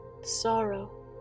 Sorrow